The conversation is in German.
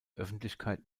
öffentlichkeit